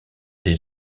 des